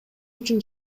үчүн